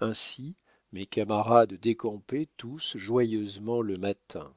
ainsi mes camarades décampaient tous joyeusement le matin